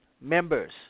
members